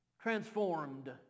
Transformed